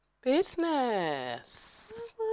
business